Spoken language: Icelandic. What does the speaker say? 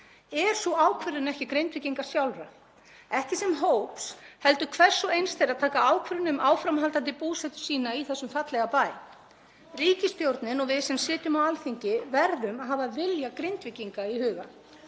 Er sú ákvörðun ekki Grindvíkinga sjálfra, ekki sem hóps heldur hvers og eins þeirra að taka ákvörðun um áframhaldandi búsetu sína í þessum fallega bæ? Ríkisstjórnin og við sem sitjum á Alþingi verðum að hafa vilja Grindvíkinga í huga